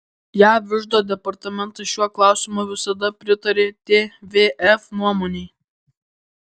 jav iždo departamentas šiuo klausimu visada pritarė tvf nuomonei